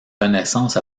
connaissance